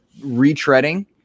retreading